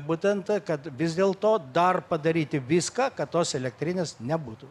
būtent kad vis dėlto dar padaryti viską kad tos elektrinės nebūtų